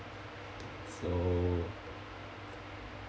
so